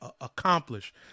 accomplish